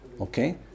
okay